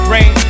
Rain